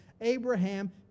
abraham